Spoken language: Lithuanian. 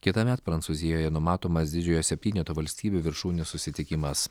kitąmet prancūzijoje numatomas didžiojo septyneto valstybių viršūnių susitikimas